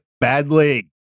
badly